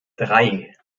drei